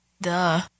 Duh